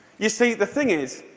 you see, the thing is,